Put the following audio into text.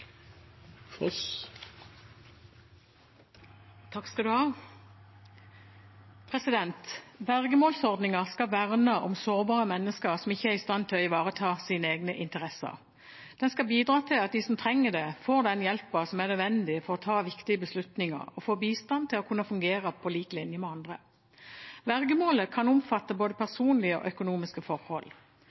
i stand til å ivareta sine egne interesser. Den skal bidra til at de som trenger det, får den hjelpen som er nødvendig for å ta viktige beslutninger, og får bistand til å kunne fungere på lik linje med andre. Vergemålet kan omfatte både personlige og økonomiske forhold.